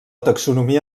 taxonomia